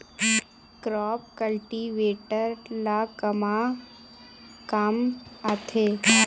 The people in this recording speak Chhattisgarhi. क्रॉप कल्टीवेटर ला कमा काम आथे?